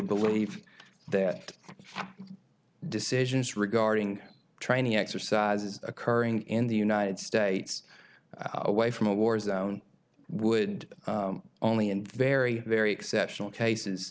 believe their decisions regarding training exercises occurring in the united states away from a war zone would only in very very exceptional cases